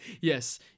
Yes